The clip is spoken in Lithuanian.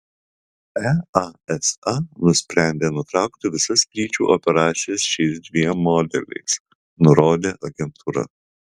easa nusprendė nutraukti visas skrydžių operacijas šiais dviem modeliais nurodė agentūra